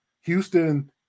Houston